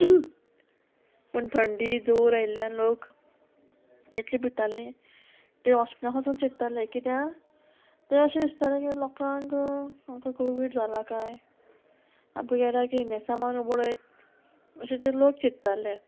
पूण थंडी जोर आयिल्ल्यान लोक इतले भिताले ते हॉस्पिटलांत वचून चिंत्ताले किद्या ते अशें दिसतालें की लोकांक आमकां कोवीड जाला काय आमकां गेला की इन्नेसांव मारून उडयत अशे ते लोक चिंत्ताले